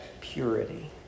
purity